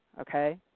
Okay